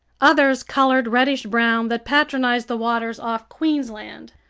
others colored reddish brown that patronize the waters off queensland,